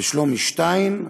ושלומי שטיין,